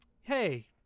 hey